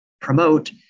promote